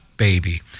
baby